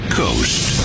coast